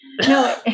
no